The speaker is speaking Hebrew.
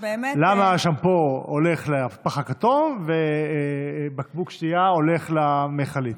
למה השמפו הולך לפח הכתום ובקבוק שתייה הולך למכלית?